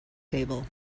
table